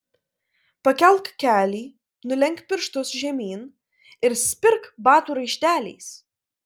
pakelk kelį nulenk pirštus žemyn ir spirk batų raišteliais